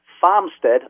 farmstead